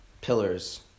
pillars